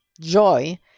joy